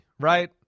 right